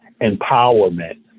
empowerment